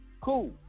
cool